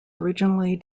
originally